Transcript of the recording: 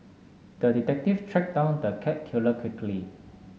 the detective tracked down the cat killer quickly